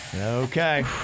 okay